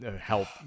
help